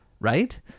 right